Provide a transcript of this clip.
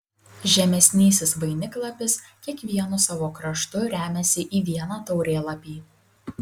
žemesnysis vainiklapis kiekvienu savo kraštu remiasi į vieną taurėlapį